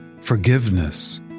Forgiveness